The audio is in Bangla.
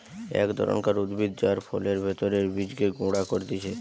এক ধরণকার উদ্ভিদ যার ফলের ভেতরের বীজকে গুঁড়া করতিছে